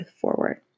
forward